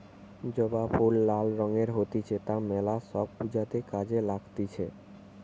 জবা ফুল লাল রঙের হতিছে তা মেলা সব পূজাতে কাজে লাগতিছে